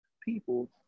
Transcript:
people